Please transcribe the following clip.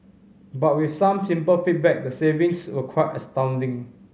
but with some simple feedback the savings were quite astounding